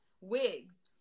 wigs